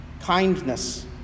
kindness